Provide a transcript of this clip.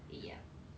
yup